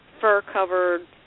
fur-covered